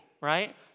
right